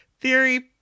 theory